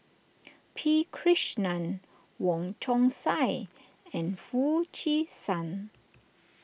P Krishnan Wong Chong Sai and Foo Chee San